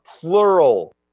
plural